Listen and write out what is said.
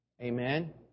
Amen